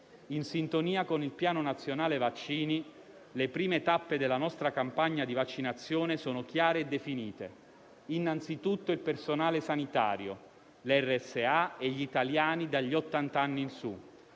In sintonia con il piano nazionale vaccini, le prime tappe della nostra campagna di vaccinazione sono chiare e definite: innanzitutto il personale sanitario, le RSA e gli italiani dagli ottant'anni in su.